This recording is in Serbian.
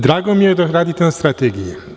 Drago mi je da radite na strategiji.